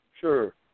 Sure